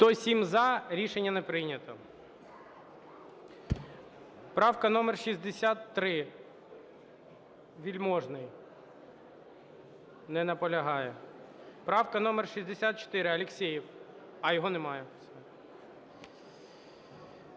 За-107 Рішення не прийнято. Правка номер 63, Вельможний. Не наполягає. Правка номер 64, Алєксєєв. Його немає.